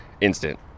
instant